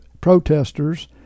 protesters